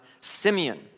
Simeon